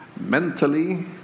mentally